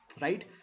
right